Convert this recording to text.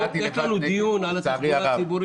הצבעתי לבד נגד, לצערי הרב.